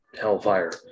Hellfire